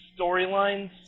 storylines